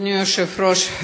אדוני היושב-ראש,